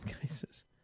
cases